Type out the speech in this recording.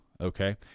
okay